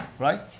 right?